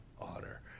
honor